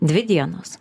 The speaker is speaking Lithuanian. dvi dienos